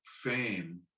fame